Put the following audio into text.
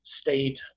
state